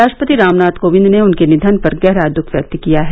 राष्ट्रपति रामनाथ कोविंद ने उनके निधन पर गहरा दःख व्यक्त किया है